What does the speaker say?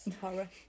horror